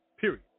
Period